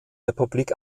republik